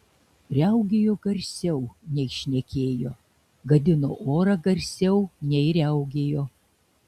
riaugėjo garsiau nei šnekėjo gadino orą garsiau nei riaugėjo